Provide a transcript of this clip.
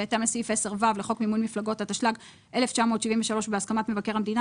בהתאם לסעיף 10(ו) לחוק מימון מפלגות התשל"ג-1973 ובהסכמת מבקר המדינה,